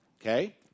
okay